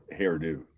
hairdo